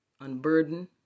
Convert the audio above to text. unburden